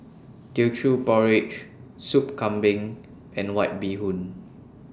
Teochew Porridge Soup Kambing and White Bee Hoon